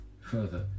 Further